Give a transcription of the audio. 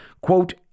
quote